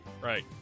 Right